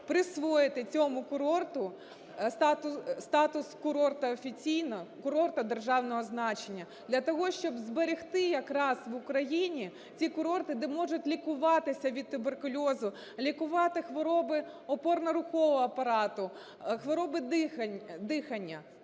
присвоїти цьому курорту статус курорту офіційно, курорту державного значення, для того щоб зберегти якраз в Україні ці курорти, де можуть лікуватися від туберкульозу, лікувати хвороби опорно-рухового апарату, хвороби дихання.